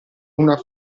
una